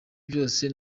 vyose